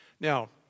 Now